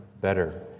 better